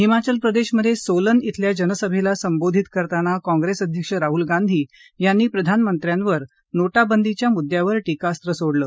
हिमाचल प्रदेशमधे सोलन शिल्या जनसभेला संबोधित करताना काँप्रेस अध्यक्ष राहुल गांधी यांनी प्रधानमंत्र्यांवर नोटबंदीच्या मुद्यांवर टीकास्व सोडलं